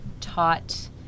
taught